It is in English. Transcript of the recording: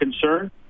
concern